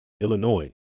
Illinois